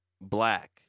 black